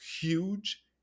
huge